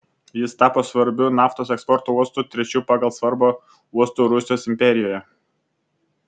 jis tapo svarbiu naftos eksporto uostu trečiu pagal svarbą uostu rusijos imperijoje